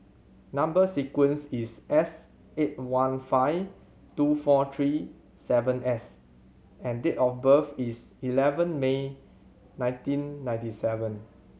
number sequence is S eight one five two four three seven S and date of birth is eleven May nineteen ninety seven